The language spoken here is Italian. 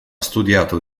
studiato